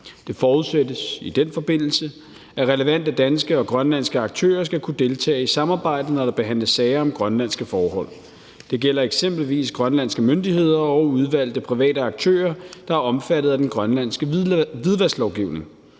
Det forudsættes i den forbindelse, at relevante danske og grønlandske aktører skal kunne deltage i samarbejdet, når der behandles sager om grønlandske forhold. Det gælder eksempelvis grønlandske myndigheder og udvalgte private aktører, der er omfattet af den grønlandske hvidvasklovgivning.